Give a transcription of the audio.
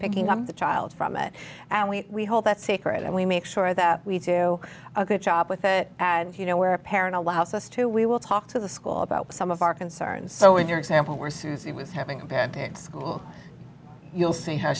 picking up the child from it and we hope that secret and we make sure that we do a good job with it and you know where a parent allows us to we will talk to the school about some of our concerns so in your example where since he was having a bad day and school you'll see how